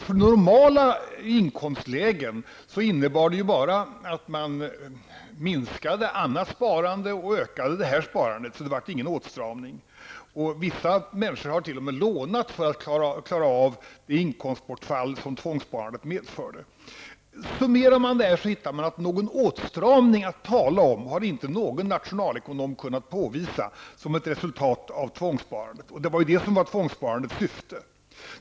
För normala inkomstlägen innebar det ju bara att man minskade annat sparande och ökade det här sparandet, så det blev ingen åtstramning. Vissa människor har t.o.m. lånat för att klara av det inkomstbortfall som tvångssparandet medförde. Summerar man detta, så finner man att ingen åtstramning har kunnat påvisats av någon nationalekonom som ett resultat av tvångssparandet. Det var ju en åtstramning som var tvångssparandets syfte.